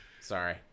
Sorry